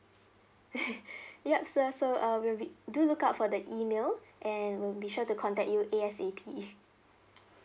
ya swear so uh we'll be do look out for that email and we'll be sure to contact you A_S_A_P